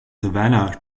savannah